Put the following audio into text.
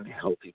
healthy